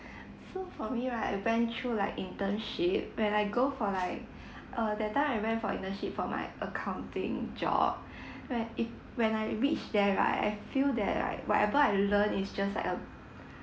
so for me right I went through like internship when I go for like uh that time I went for internship for my accounting job when it when I reach there right I feel that like whatever I Iearned is just like a